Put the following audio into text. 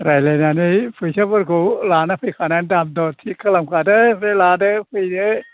रायज्लायनानै फैसाफोरखौ लाना फैखानानै दाम दर थिग खालामखादो ओमफ्राय लादो फैदो